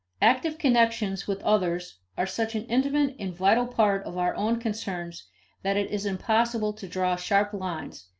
active connections with others are such an intimate and vital part of our own concerns that it is impossible to draw sharp lines,